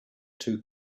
two